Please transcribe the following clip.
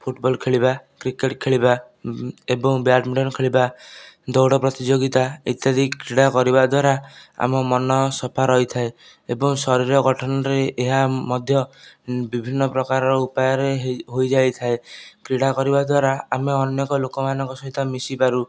football ଖେଳିବା cricket ଖେଳିବା ଏବଂ ବ୍ୟାଡ଼ମିଣ୍ଟନ ଖେଳିବା ଦୌଡ଼ ପ୍ରତିଯୋଗିତା ଇତ୍ୟାଦି କ୍ରୀଡ଼ା କରିବା ଦ୍ୱାରା ଆମ ମନ ସଫା ରହିଥାଏ ଏବଂ ଶରୀର ଗଠନରେ ଏହା ମଧ୍ୟ ବିଭିନ୍ନ ପ୍ରକାର ଉପାୟରେ ହୋଇଯାଇଥାଏ କ୍ରୀଡ଼ା କରିବା ଦ୍ୱାରା ଆମେ ଅନେକ ଲୋକମାନଙ୍କ ସହିତ ମିଶିପାରୁ